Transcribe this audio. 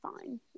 fine